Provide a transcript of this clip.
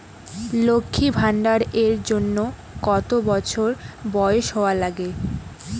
লক্ষী ভান্ডার এর জন্যে কতো বছর বয়স হওয়া লাগে?